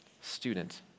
student